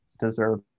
deserve